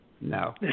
No